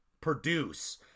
produce